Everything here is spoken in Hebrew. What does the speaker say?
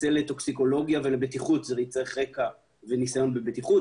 מרצה לטוקסיקולוגיה ולבטיחות יצטרך רקע וניסיון בבטיחות,